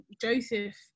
Joseph